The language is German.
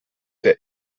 der